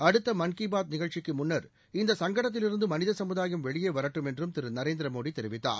அடுத்த மன் கி பாத் நிகழ்ச்சிக்கு முன்னா் இந்த சங்கடத்திலிருந்து மனித சமுதாயம் வெளியே வரட்டும் என்றும் திரு நரேந்திமோடி தெரிவித்தார்